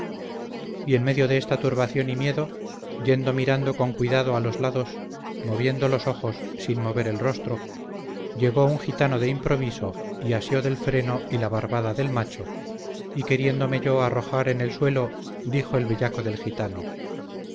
y en medio de esta turbación y miedo yendo mirando con cuidado a los lados moviendo los ojos sin mover el rostro llegó un gitano de improviso y asió del freno y la barbada del macho y queriéndome yo arrojar en el suelo dijo el bellaco del gitano